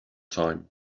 time